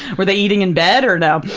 were they eating in bed or no?